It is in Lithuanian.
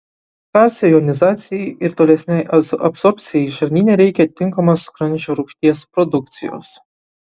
kalcio jonizacijai ir tolesnei absorbcijai žarnyne reikia tinkamos skrandžio rūgšties produkcijos